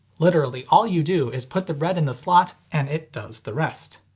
literally all you do is put the bread in the slot, and it does the rest.